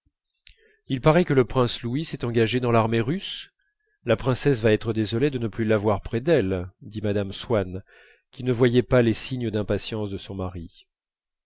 il paraît que le prince louis s'est engagé dans l'armée russe la princesse va être désolée de ne plus l'avoir près d'elle dit mme swann qui ne voyait pas les signes d'impatience de son mari